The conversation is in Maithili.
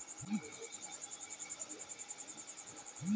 सुरजक रोशनी कनिक पीयर रंगक होइ छै